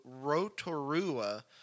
Rotorua